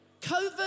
COVID